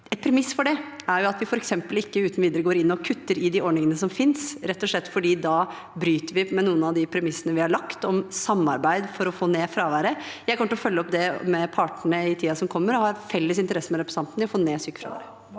Et premiss for det er at vi ikke uten videre kutter i de ordningene som finnes, rett og slett fordi vi da bryter med noen av de premissene vi har lagt om samarbeid for å få ned fraværet. Jeg kommer til å følge opp det med partene i tiden som kommer og har en felles interesse med representanten i å få ned sykefraværet.